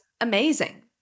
amazing